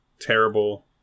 terrible